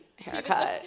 haircut